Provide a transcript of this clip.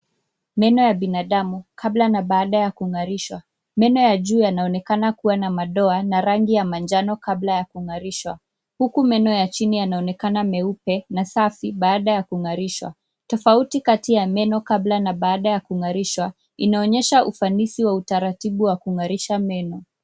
Meno ya binadamu kabla na baada ya kung'arishwa. Meno ya juu yanaonekana kuwa na madoa na rangi ya manjano kabla ya kung'arishwa huku meno ya chini yanaonekana meupe na safi baada ya kung'arishwa. Tofauti kati ya meno kabla na baada ya kung'arishwa inaonyesha ufanisi wa utaratibu wa kung'arisha meno.